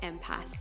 Empath